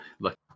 Look